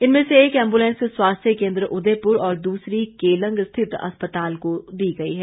इनमें से एक एम्बुलेंस स्वास्थ्य केंद्र उदयपुर और दूसरी केलंग स्थित अस्पताल को दी गई है